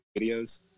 videos